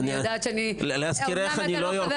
אני יודעת שאמנם אתה לא חבר